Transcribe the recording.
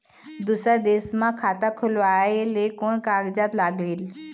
दूसर देश मा खाता खोलवाए ले कोन कागजात लागेल?